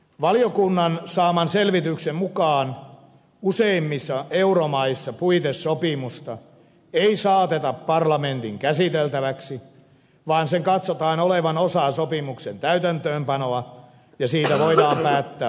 valiokunnan saaman selvityksen mukaan useimmissa euromaissa puitesopimusta ei saateta parlamentin käsiteltäväksi vaan sen katsotaan olevan osa sopimuksen täytäntöönpanoa ja siitä voidaan päättää hallinnollisella päätöksellä